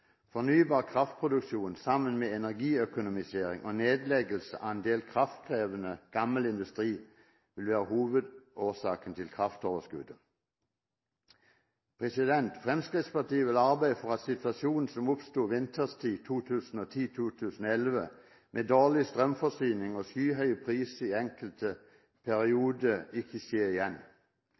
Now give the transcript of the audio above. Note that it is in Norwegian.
Fornybar kraftproduksjon sammen med energiøkonomisering og nedleggelse av en del kraftkrevende gammel industri vil være hovedårsaken til kraftoverskuddet. Fremskrittspartiet vil arbeide for at situasjonen som oppsto på vinterstid 2010–2011, med dårlig strømforsyning og skyhøye priser i enkelte perioder, ikke vil skje igjen.